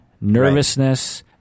nervousness